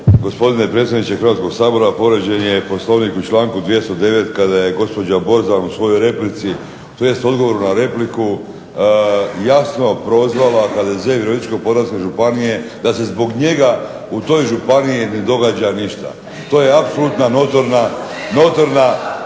Gospodine predsjedniče Hrvatskoga sabora povređen je Poslovnik u članku 209. kada je gospođa Borzan u svom odgovoru na repliku jasno prozvala HDZ Virovitičko-Podravske županije da se zbog njega u toj županiji ne događa ništa. To je apsolutna notorna